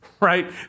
right